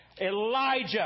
Elijah